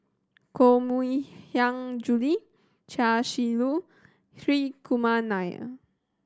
Koh Mui Hiang Julie Chia Shi Lu Hri Kumar Nair